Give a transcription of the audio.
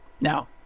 Now